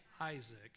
isaac